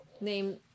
Name